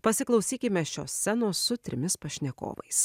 pasiklausykime šios scenos su trimis pašnekovais